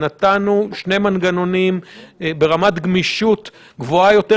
נתנו שני מנגנונים ברמת גמישות גבוהה יותר,